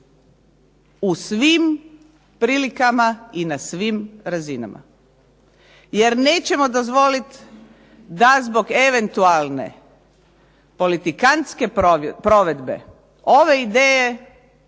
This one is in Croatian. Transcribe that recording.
u svim prilikama i na svim razinama jer nećemo dozvoliti da zbog eventualne politikantske provedbe ove ideje